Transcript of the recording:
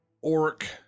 orc